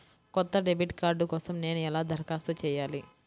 కొత్త debit card కోసం నేను ఎలా దరఖాస్తు చేయాలి?